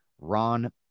Ron